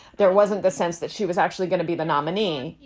there wasn't the sense that she was actually going to be the nominee,